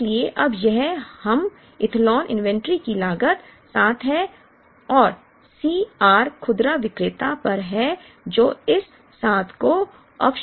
इसलिए अब यह हमें ईथेलॉन इन्वेंट्री की लागत 7 है और C r खुदरा विक्रेता पर है जो इस 7 को अवशोषित करता है